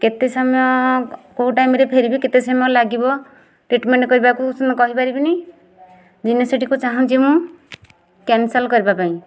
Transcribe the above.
କେତେ ସମୟ କେଉଁ ଟାଇମ୍ରେ ଫେରିବି କେତେ ସମୟ ଲାଗିବ ଟ୍ରୀଟମେଣ୍ଟ୍ କରିବାକୁ କହିପାରିବିନି ଜିନିଷଟିକୁ ଚାହୁଁଛି ମୁଁ କ୍ୟାନ୍ସଲ କରିବା ପାଇଁ